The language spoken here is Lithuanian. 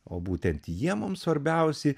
o būtent jie mums svarbiausi